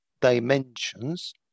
dimensions